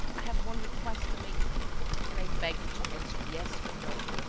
i have one request to make of you and i beg you to answer yes or no,